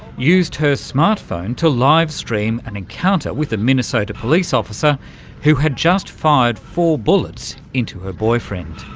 used her smart phone to live-stream an encounter with a minnesota police-officer who had just fired four bullets into her boyfriend.